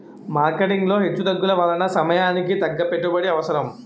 marketing లో హెచ్చుతగ్గుల వలన సమయానికి తగ్గ పెట్టుబడి అవసరం